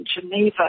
Geneva